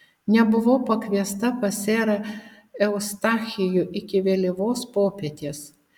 nebuvau pakviesta pas serą eustachijų iki vėlyvos popietės